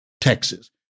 Texas